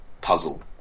puzzle